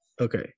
Okay